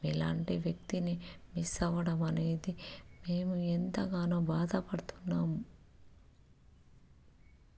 మీలాంటి వ్యక్తిని మిస్ అవ్వడం అనేది మేము ఎంతగానో బాధపడుతున్నాం